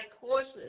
courses